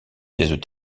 pièces